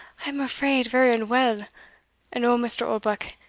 i am afraid, very unwell and oh, mr. oldbuck,